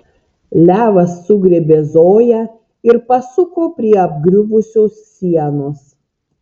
levas sugriebė zoją ir pasuko prie apgriuvusios sienos